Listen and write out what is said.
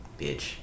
bitch